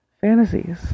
fantasies